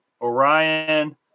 Orion